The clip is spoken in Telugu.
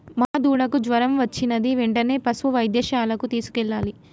మా దూడకు జ్వరం వచ్చినది వెంటనే పసుపు వైద్యశాలకు తీసుకెళ్లాలి